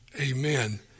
amen